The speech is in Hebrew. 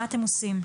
מה אתם עושים?